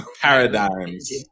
paradigms